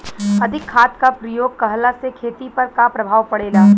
अधिक खाद क प्रयोग कहला से खेती पर का प्रभाव पड़ेला?